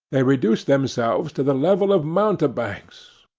they reduce themselves to the level of mountebanks,